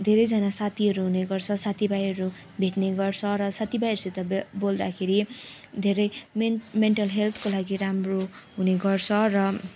धेरैजना साथीहरू हुने गर्छ साथी भाइहरू भेट्ने गर्छ र साथी भाइहरूसित बो बोल्दाखेरि धेरै मेन मेन्टल हेल्थको लागि राम्रो हुने गर्छ र